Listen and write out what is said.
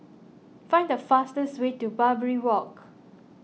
find the fastest way to Barbary Walk